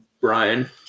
Brian